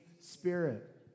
Spirit